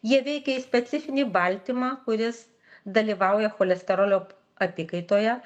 jie veikia į specifinį baltymą kuris dalyvauja cholesterolio apykaitoje